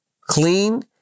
clean